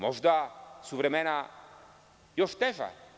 Možda su vremena još teža.